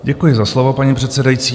Děkuji za slovo, paní předsedající.